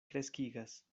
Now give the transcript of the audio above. kreskigas